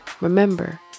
Remember